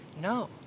No